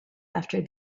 after